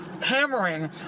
hammering